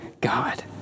God